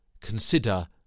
consider